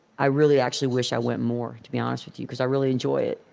i really actually wish i went more, to be honest with you because i really enjoy it.